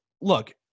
look